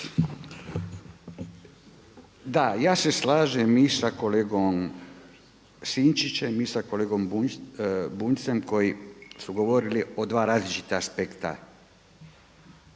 Da, ja se slažem i sa kolegom Sinčićem i sa kolegom Bunjcem koji su govorili o dva različita aspekta